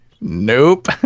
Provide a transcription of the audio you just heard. Nope